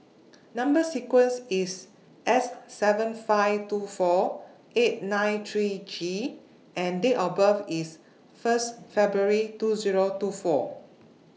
Number sequence IS S seven five two four eight nine three G and Date of birth IS First February two Zero two four